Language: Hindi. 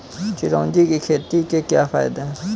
चिरौंजी की खेती के क्या फायदे हैं?